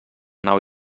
nau